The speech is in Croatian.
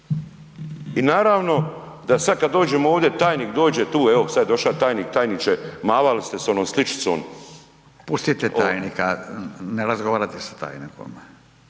i naravno da sad kad dođemo ovdje, tajnik dođe tu, evo sad je doša tajnik, tajniče mavali ste s onom sličicom. **Radin, Furio (Nezavisni)** Pustite tajnika, ne razgovarate sa tajnikom.